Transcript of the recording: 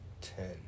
ten